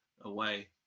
away